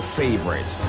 favorite